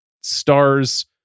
stars